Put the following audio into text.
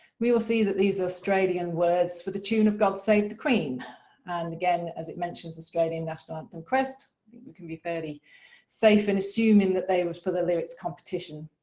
we will see that these australian words for the tune of god save the queen and again as it mentions australian national anthem quest, we can be fairly safe and assuming that they would for the lyrics competition.